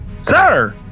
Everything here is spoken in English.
Sir